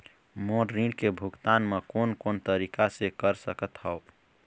मोर ऋण के भुगतान म कोन कोन तरीका से कर सकत हव?